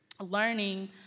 learning